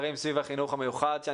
שאני מניח שיגיעו לפתחנו,